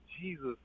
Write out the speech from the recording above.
Jesus